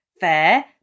fair